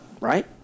right